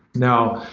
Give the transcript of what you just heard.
now,